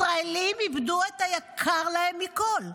ישראלים איבדו את היקר להם מכול: